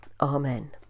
Amen